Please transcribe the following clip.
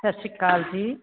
ਸਤਿ ਸ਼੍ਰੀ ਅਕਾਲ ਜੀ